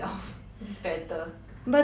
but then intern